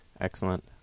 excellent